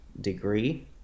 degree